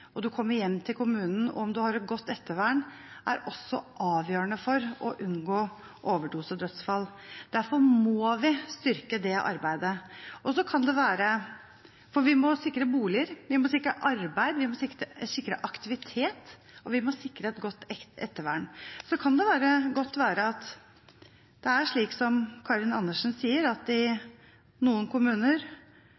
kommer hjem til kommunen, er avgjørende at man har et godt ettervern for å unngå overdosedødsfall. Derfor må vi styrke det arbeidet. Vi må sikre boliger, vi må sikre arbeid, vi må sikre aktivitet, og vi må sikre et godt ettervern. Så kan det godt være at det er slik som representanten Karin Andersen sier, at i